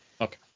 Okay